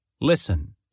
Listen